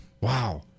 Wow